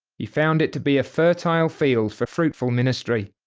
he found it to be a fertile field for fruitful ministry.